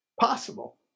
possible